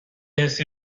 حسی